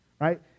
Right